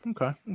Okay